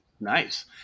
nice